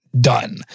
Done